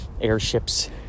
Airships